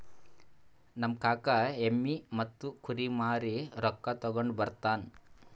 ನಮ್ ಕಾಕಾ ಎಮ್ಮಿ ಮತ್ತ ಕುರಿ ಮಾರಿ ರೊಕ್ಕಾ ತಗೊಂಡ್ ಬರ್ತಾನ್